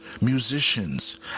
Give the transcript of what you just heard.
musicians